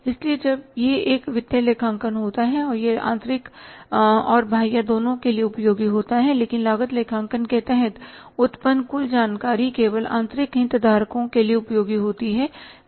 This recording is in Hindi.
इसलिए जब यह एक वित्तीय लेखांकन होता है तो यह आंतरिक और बाह्य दोनों के लिए उपयोगी होता है लेकिन लागत लेखांकन के तहत उत्पन्न कुल जानकारी केवल आंतरिक हितधारकों के लिए उपयोगी होती है